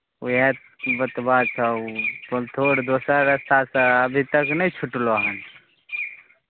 ओहे तऽ बतबा छऽ ओ बोलतहो रहै दोसर रस्तासे अभी तक नहि छुटलऽ हँ